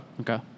Okay